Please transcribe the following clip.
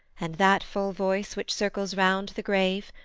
and that full voice which circles round the grave,